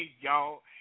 y'all